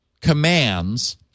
commands